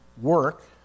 work